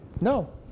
No